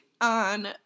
on